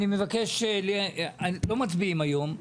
אנחנו לא מצביעים היום.